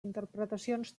interpretacions